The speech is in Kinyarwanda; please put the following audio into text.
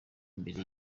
mbere